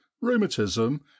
rheumatism